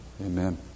Amen